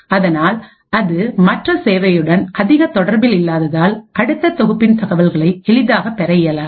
அதனால் அது மற்ற சேவையுடன் அதிக தொடர்பில் இல்லாததால் அடுத்த தொகுப்பின் தகவல்களை எளிதாக பெற இயலாது